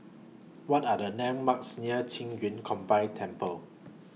What Are The landmarks near Qing Yun Combined Temple